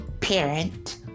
parent